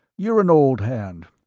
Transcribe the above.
you are an old hand.